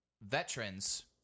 veterans